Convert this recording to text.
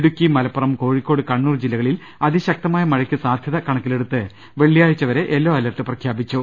ഇടുക്കി മലപ്പുറം കോഴിക്കോട് കണ്ണൂർ ജില്ലകളിൽ അതിശക്ത മായ മഴയ്ക്ക് സാധ്യത കണക്കിലെടുത്ത് വെള്ളിയാഴ്ച്ച വരെ യെല്ലോ അലർട്ട് പ്രഖ്യാപിച്ചു